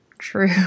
true